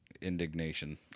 Indignation